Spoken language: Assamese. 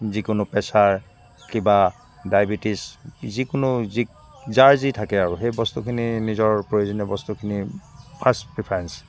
যিকোনো প্ৰেছাৰ ডায়বেটিছ যিকোনো যাৰ যি থাকে আৰু সেই বস্তুখিনি নিজৰ প্ৰয়োজনীয় বস্তুখিনি ফাষ্ট প্ৰীফাৰেঞ্চ